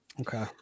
Okay